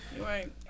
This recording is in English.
Right